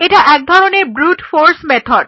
এটা এক ধরনের ব্রুট ফোর্স মেথড